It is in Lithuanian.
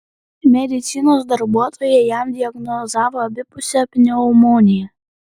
medicinos darbuotojai jam diagnozavo abipusę pneumoniją